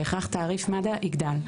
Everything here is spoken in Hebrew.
בהכרח תעריף מד"א יגדל,